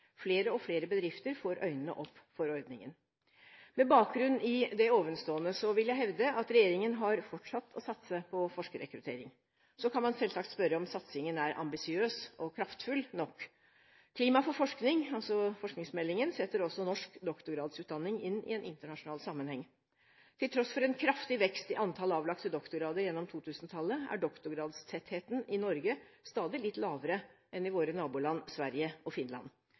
Flere og flere bedrifter får øynene opp for ordningen. Med bakgrunn i det ovenstående vil jeg hevde at regjeringen har fortsatt å satse på forskerrekruttering. Så kan man selvsagt spørre om satsingen er ambisiøs og kraftfull nok. Klima for forskning, altså forskningsmeldingen, setter også norsk doktorgradsutdanning inn i en internasjonal sammenheng. Til tross for en kraftig vekst i antall avlagte doktorgrader gjennom 2000-tallet, er doktorgradstettheten i Norge stadig litt lavere enn i våre naboland Sverige og Finland.